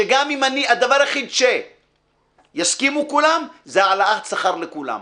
שגם אם הדבר היחיד שיסכימו כולם זה העלאת שכר לכולם.